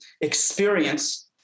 experience